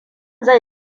zai